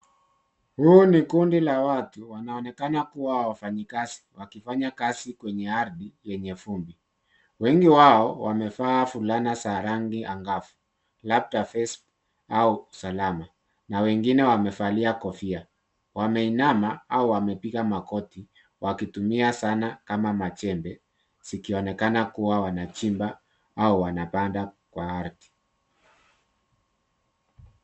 Huu ni kundi la watu wanaonekana kuwa wafanyikazi wakifanya kazi kwenye ardhi yenye vumbi ,wengi wao wamevaa fulana za rangi angavu labda vest au salama na wengine wamevalia kofia wameinama au wamepiga magoti ,wakitumia sanaa kama majembe kama zikionekana kuwa wanachimba au wanapanda kwa ardhi.